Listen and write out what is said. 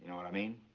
what i mean?